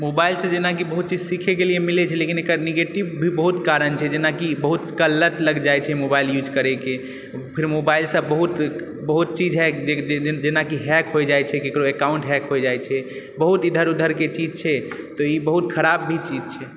mobile सॅं जेनाकि बहुत चीज सिखैके मिलै छै निगेटीव भी बहुत कारण छै जेनाकि मोबाइल के लत लागि जाइ छै मोबाइल युज करयके फेर मोबाइल सॅं बहुत चीज हैक जेनाकि हैक हो जाइ छै ककरो अकाउन्ट हैक हो जाइ छै बहुत इधर उधरके चीज छै तऽ ई बहुत खराब भी चीज छै